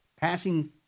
passing